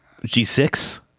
G6